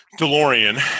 DeLorean